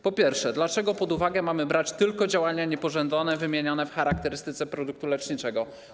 Po pierwsze, dlaczego pod uwagę mamy brać tylko działania niepożądane wymienione w charakterystyce produktu leczniczego?